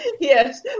Yes